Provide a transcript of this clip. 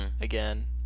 again